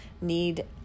need